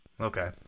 Okay